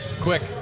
quick